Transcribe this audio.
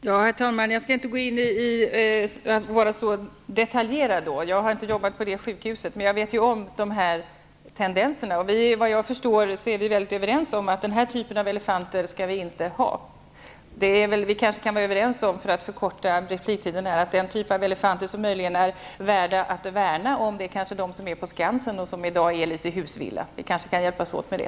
Herr talman! Jag skall inte gå in i detaljer. Jag har inte arbetat på det sjukhuset. Men jag är ju medveten om tendenserna. Såvitt jag förstår är vi överens om att vi inte skall ha den här typen av elefanter. Vi kan väl vara överens om att den typ av elefanter som möjligen är värda att värna om är de elefanter som finns på Skansen och som i dag är husvilla. Vi kan kanske hjälpas åt med det.